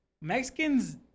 Mexicans